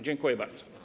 Dziękuję bardzo.